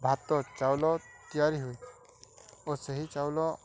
ଭାତ ଚାଉଳ ତିଆରି ହୁଏ ଓ ସେହି ଚାଉଳ